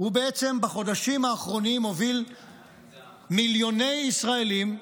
הוא בעצם בחודשים האחרונים הוביל מיליוני ישראלים,